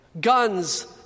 Guns